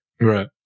Right